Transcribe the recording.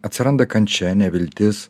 atsiranda kančia neviltis